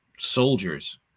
soldiers